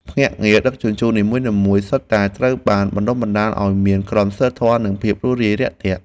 ភ្នាក់ងារដឹកជញ្ជូននីមួយៗសុទ្ធតែត្រូវបានបណ្តុះបណ្តាលឱ្យមានក្រមសីលធម៌និងភាពរុះរាយរាក់ទាក់។